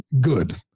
good